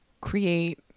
create